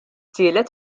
tielet